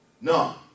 No